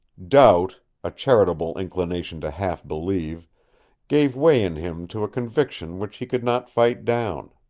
doubt a charitable inclination to half believe gave way in him to a conviction which he could not fight down.